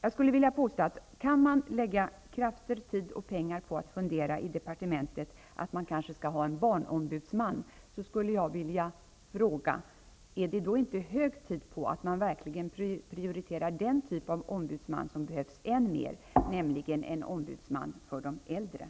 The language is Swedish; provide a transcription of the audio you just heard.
Om man kan lägga pengar, tid och krafter på att fundera i departementet på en barnombudsman, är det då inte hög tid att prioritera en ombudsman för de äldre, som behövs än mer?